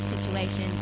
situation